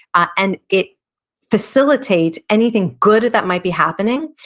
and it facilitates anything good that might be happening,